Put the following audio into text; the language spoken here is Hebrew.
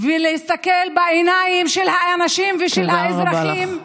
ולהסתכל בעיניים של האנשים ושל האזרחים,